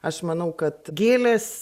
aš manau kad gėlės